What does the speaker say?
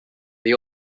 they